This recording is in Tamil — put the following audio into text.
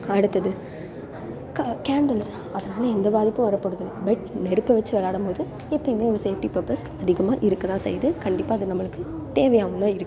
அடுத்தது க கேண்டில்ஸ் அதால் எந்த பாதிப்பும் வரப்போகிறதில்ல பட் நெருப்பை வெச்சு விளையாடும் போது எப்போயுமே ஒரு சேஃப்டி பர்ப்பஸ் அதிகமாக இருக்க தான் செய்து கண்டிப்பாக அது நம்மளுக்கு தேவையாகவும் தான் இருக்குது